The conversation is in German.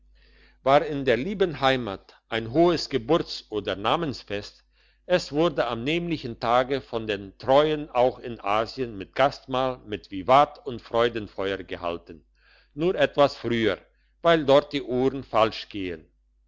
war in der lieben heimat ein hohes geburts oder namensfest es wurde am nämlichen tag von den treuen auch in asien mit gastmahl mit vivat und freudenfeuer gehalten nur etwas früher weil dort die uhren falsch gehen